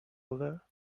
over